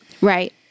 Right